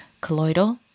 colloidal